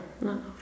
no